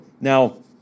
Now